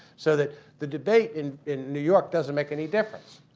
so the the debate in in new york doesn't make any difference.